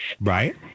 Right